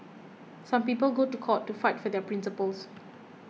some people go to court to fight for their principles